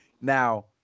Now